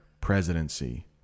presidency